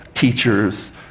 teachers